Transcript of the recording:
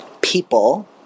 people